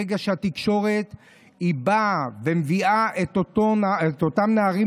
ברגע שהתקשורת באה ומביאה את אותם נערים